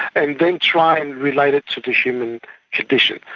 and then try and relate it to the human condition.